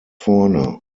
vorne